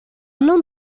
non